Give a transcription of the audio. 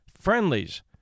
friendlies